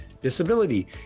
disability